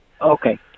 Okay